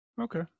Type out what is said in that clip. okay